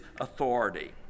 authority